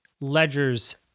Ledger's